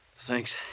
Thanks